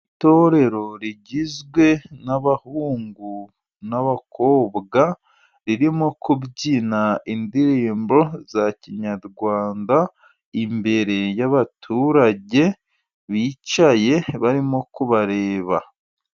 Itorero rigizwe n'abahungu n'abakobwa, ririmo kubyina indirimbo za kinyarwanda. Imbere y'abaturage bicaye barimo kubareba.